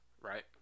right